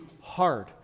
hard